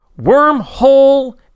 Wormhole